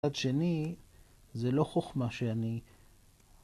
‫מצד שני, זה לא חוכמה שאני...